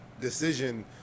decision